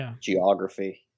geography